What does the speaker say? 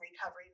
recovery